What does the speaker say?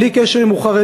בלי קשר אם הוא חרדי,